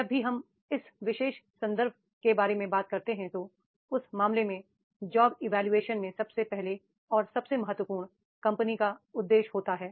जब भी हम इस विशेष संदर्भ के बारे में बात करते हैं तो उस मामले में जॉब इवोल्यूशन में सबसे पहले और सबसे महत्वपूर्ण कंपनी का उद्देश्य होता है